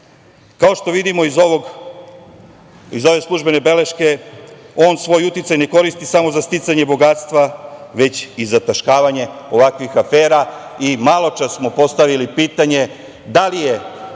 Kao što vidimo iz ove službene beleške, on svoj uticaj ne koristi samo za sticanje bogatstva, već i zataškavanje ovakvih afera, i maločas smo postavili pitanje, da li je